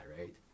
right